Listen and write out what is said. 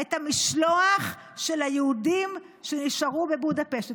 את המשלוח של היהודים שנשארו בבודפשט,